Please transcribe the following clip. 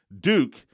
Duke